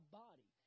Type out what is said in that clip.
body